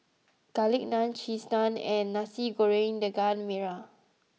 Garlic Naan Cheese Naan and Nasi Goreng Daging Merah